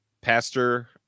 Pastor